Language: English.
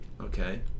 okay